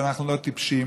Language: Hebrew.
אבל אנחנו לא טיפשים,